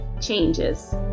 changes